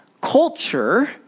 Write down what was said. Culture